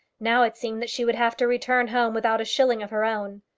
now it seemed that she would have to return home without a shilling of her own.